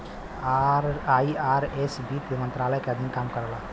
IRS वित्त मंत्रालय के अधीन काम करला